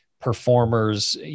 performers